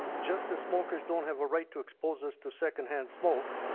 just as smokers don't have a right to expose us to secondhand smoke,